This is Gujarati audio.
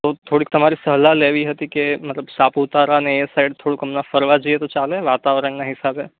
તો થોડીક તમારી સલાહ લેવી હતી કે મતલબ સાપુતારાને એ સાઈડ થોડુંક હમણાં ફરવા જઈએ તો ચાલે વાતાવરણના હિસાબે